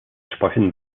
sprechen